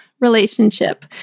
relationship